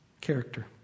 character